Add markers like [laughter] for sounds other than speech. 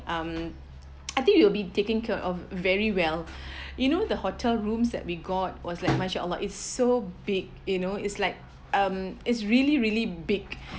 um I think you will be taking care of very well [breath] you know the hotel rooms that we got was like mashallah it's so big you know it’s like um it’s really really big